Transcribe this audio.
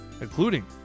including